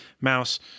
mouse